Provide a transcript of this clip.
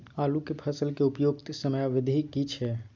आलू के फसल के उपयुक्त समयावधि की छै?